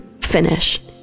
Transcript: finish